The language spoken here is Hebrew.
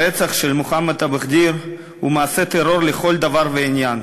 הרצח של מוחמד אבו ח'דיר הוא מעשה טרור לכל דבר ועניין.